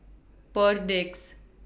Perdix